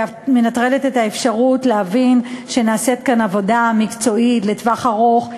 מנטרלת את האפשרות להבין שנעשית פה עבודה מקצועית לטווח ארוך,